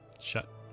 Shut